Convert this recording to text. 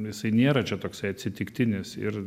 nu jisai nėra čia toksai atsitiktinis ir